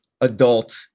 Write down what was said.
adult